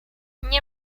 nie